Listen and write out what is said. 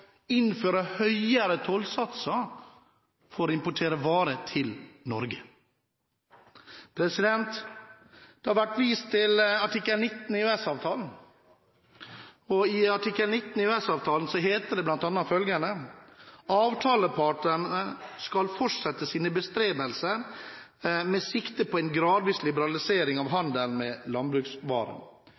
innføre høyere tollsatser for å importere varer til Norge. Det har vært vist til artikkel 19 i EØS-avtalen, og i artikkel 19 i EØS-avtalen heter det bl.a. følgende: «Avtalepartene skal fortsette sine bestrebelser med sikte på en gradvis liberalisering av handelen med landbruksvarer.»